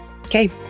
Okay